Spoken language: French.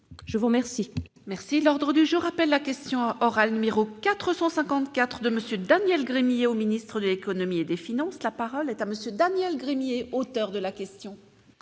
je vous remercie